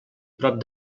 prop